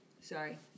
Sorry